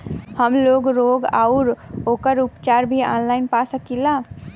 हमलोग रोग अउर ओकर उपचार भी ऑनलाइन पा सकीला?